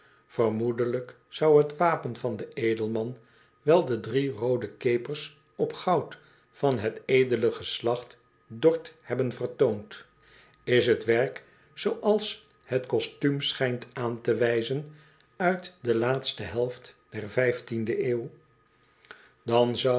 vermoedelijk zou het wapen van den edelman wel de drie roode kepers op goud van het edele geslacht dorth hebben vertoond is het werk zooals het kostuum schijnt aan te wijzen uit de laatste helft der de eeuw